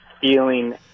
feeling